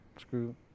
screw